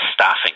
staffing